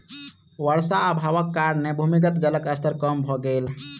वर्षा अभावक कारणेँ भूमिगत जलक स्तर कम भ गेल